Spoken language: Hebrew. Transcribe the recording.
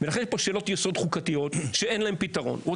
אבל נתנו דוגמה לשקיפות, נו, אז